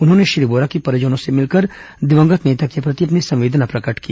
उन्होंने श्री वोरा के परिजनों से मिलकर दिवंगत नेता के प्रति अपनी संवेदना प्रकट की